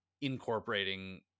incorporating